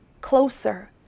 closer